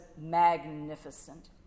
magnificent